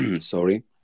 Sorry